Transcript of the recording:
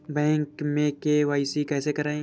Bank में KYC कैसे करायें?